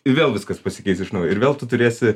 ir vėl viskas pasikeis iš naujo ir vėl tu turėsi